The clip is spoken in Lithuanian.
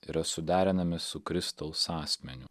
yra suderinami su kristaus asmeniu